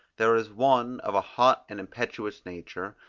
there is one of a hot and impetuous nature,